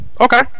Okay